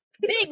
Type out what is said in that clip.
Big